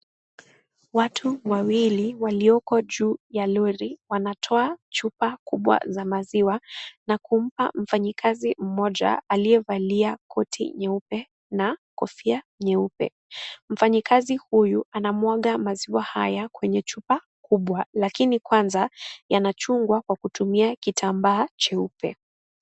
Watu wawili walioko juu ya Lori wanatoa chupa kubwa za maziwa na kumpa mfanyikazi mmoja aliyevalia koti nyeupe na Kofia nyeupe . Mfanyikazi huyu anamwaga maziwa haya kwenye chupa kubwa lakini kwanza Yana chungwa Kwa kutumia kitambaa jeupe.